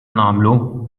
nagħmlu